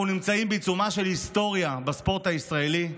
אנחנו נמצאים בעיצומה של היסטוריה בספורט הישראלי,